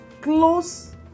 close